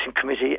Committee